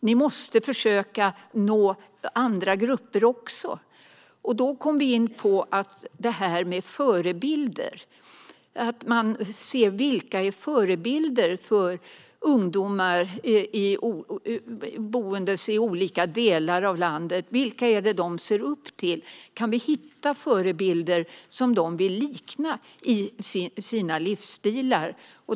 Ni måste försöka nå de andra grupperna också. Då kom vi in på förebilder och vilka som är förebilder för ungdomar i olika delar av landet. Vilka ser de upp till? Kan vi hitta förebilder som de vill likna i sina livsstilar?